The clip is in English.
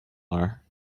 are